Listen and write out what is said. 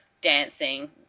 dancing